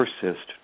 persist